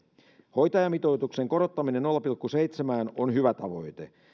hoitajamitoituksen korottaminen nolla pilkku seitsemään on hyvä tavoite